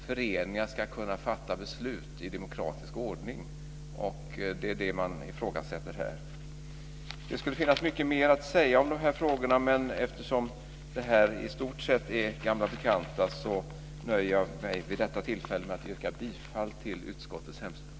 Föreningar ska kunna fatta beslut i demokratisk ordning, och det är det man ifrågasätter här. Det finns mycket mer att säga om detta, men eftersom det i stort sett gäller gamla bekanta frågor nöjer jag mig vid detta tillfälle med att yrka bifall till utskottets förslag.